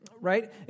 right